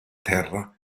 terra